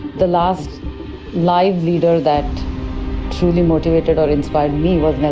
the last live leader that truly motivated or inspired me was